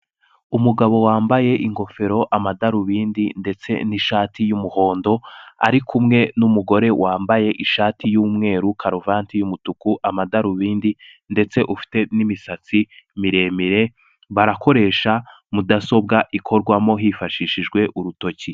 Umugabo wambaye ingofero, amadarubindi ndetse n'ishati y'umuhondo ari kumwe n'umugore wambaye ishati y'umweru, karuvati y'umutuku, amadarubindi ndetse ufite n'imisatsi miremire barakoresha mudasobwa ikorwamo hifashishijwe urutoki.